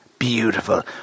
Beautiful